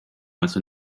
also